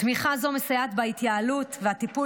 תמיכה זו מסייעת בהתייעלות ובטיפול